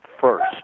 first